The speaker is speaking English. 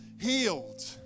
healed